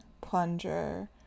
plunger